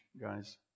guys